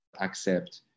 accept